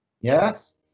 yes